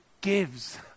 gives